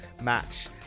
match